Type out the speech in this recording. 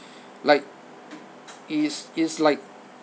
like is is like